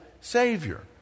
savior